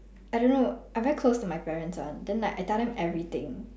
I don't know I very close to my parents [one] then like I tell them everything